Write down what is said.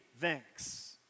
thanks